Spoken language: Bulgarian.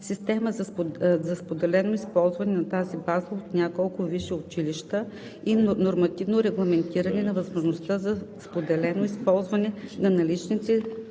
система за споделено използване на тази база от няколко висши училища и нормативно регламентиране на възможността за споделено използване на наличните